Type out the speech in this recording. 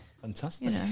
Fantastic